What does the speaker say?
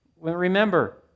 Remember